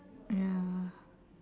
ya